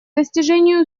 достижению